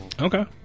Okay